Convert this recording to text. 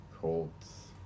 Colts